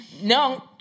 no